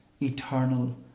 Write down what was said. eternal